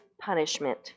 punishment